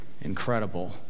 incredible